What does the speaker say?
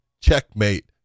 checkmate